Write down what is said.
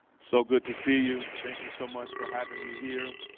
so good to see you. thank you so much for having me here.